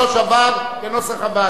עבר כנוסח הוועדה.